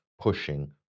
pushing